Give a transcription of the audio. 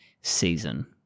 season